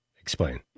explain